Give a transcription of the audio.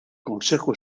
consejo